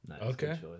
Okay